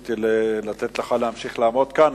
רציתי לתת לך להמשיך לעמוד כאן,